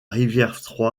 rivière